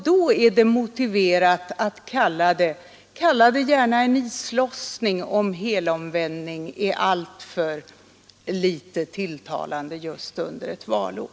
Då är det motiverat att tala om en islossning — kalla det gärna så, om ”helomvändning” är för stötande just under ett valår.